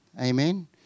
Amen